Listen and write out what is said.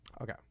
Okay